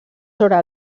sobre